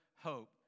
hope